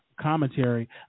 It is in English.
commentary